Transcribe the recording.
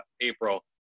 April